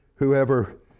Whoever